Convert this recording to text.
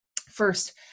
First